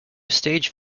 stage